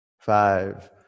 Five